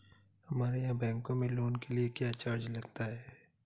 हमारे यहाँ बैंकों में लोन के लिए क्या चार्ज लगता है?